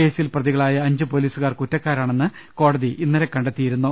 കേസിൽ പ്രതിക ളായ അഞ്ച്പൊലീസുകാർ കുറ്റക്കാരാണെന്ന് കോടതി ഇന്നലെ കണ്ടെ ത്തിയിരുന്നു